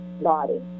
body